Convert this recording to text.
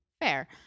fair